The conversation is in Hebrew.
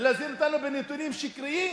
ולהזין אותנו בנתונים שקריים?